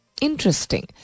Interesting